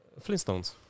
Flintstones